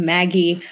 Maggie